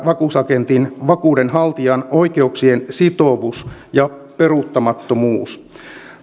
vakuusagentin vakuudenhaltijan oikeuksien sitovuudesta ja peruuttamattomuudesta